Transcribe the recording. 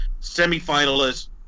semifinalist